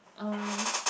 um